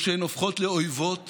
או שהן הופכות לאויבות